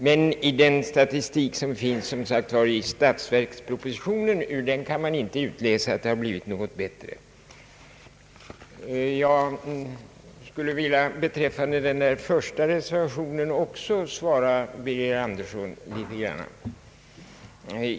Men ur den statistik som finns i statsverkspropositionen kan man inte utläsa att det har blivit bättre. Jag vill något beröra vad herr Birger Andersson sade beträffande den första reservationen.